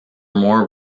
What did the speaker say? more